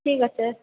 ঠিক আছে